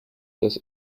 dass